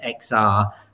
XR